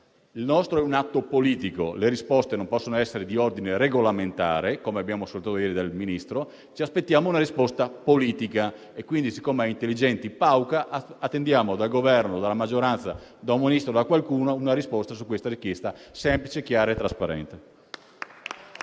quindi, è un atto politico. Le risposte non possono essere di ordine regolamentare, come abbiamo sentito ieri dal Ministro, e ci aspettiamo una risposta politica. Poiché *intelligenti pauca*, attendiamo dal Governo, della maggioranza, da un Ministro, una risposta su questa richiesta semplice, chiara e trasparente.